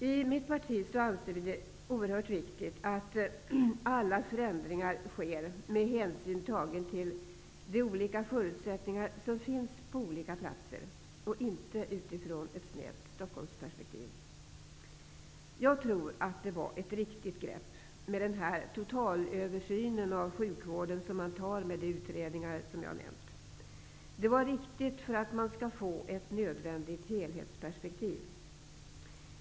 I Centern anser vi det oerhört viktigt att alla förändringar sker med hänsyn tagen till de olika förutsättningar som finns på olika platser, inte sett i ett snävt Stockholmsperspektiv. Jag tror att totalöversynen av sjukvården genom de utredningar som jag har nämnt var ett riktigt grepp. Det var riktigt för att man skall få ett nödvändigt helhetsperspektiv.